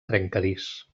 trencadís